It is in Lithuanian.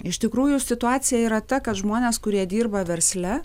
iš tikrųjų situacija yra ta kad žmonės kurie dirba versle